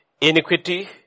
Iniquity